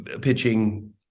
pitching